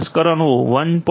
1 થી 1